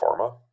pharma